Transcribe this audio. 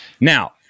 Now